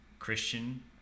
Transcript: Christian